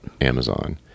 Amazon